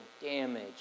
damage